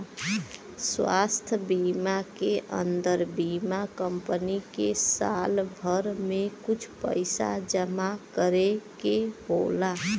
स्वास्थ बीमा के अन्दर बीमा कम्पनी के साल भर में कुछ पइसा जमा करे के होला